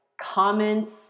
comments